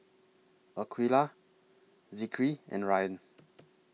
Aqilah Zikri and Ryan